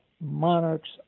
monarchs